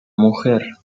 mujer